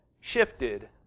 shifted